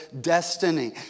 destiny